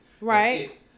Right